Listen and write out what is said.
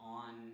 on